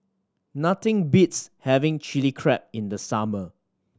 nothing beats having Chili Crab in the summer